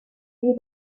you